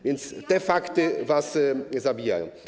Więc te fakty was zabijają.